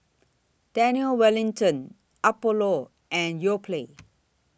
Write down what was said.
Daniel Wellington Apollo and Yoplait